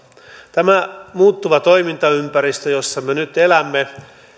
tämä muuttuva toimintaympäristö jossa me nyt elämme